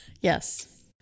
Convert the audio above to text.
Yes